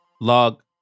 log